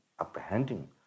apprehending